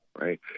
Right